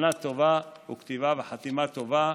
שנה טובה וכתיבה וחתימה טובה.